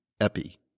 epi